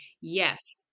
Yes